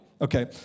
okay